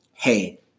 hey